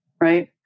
right